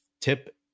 tip